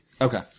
Okay